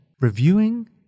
Reviewing